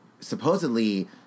supposedly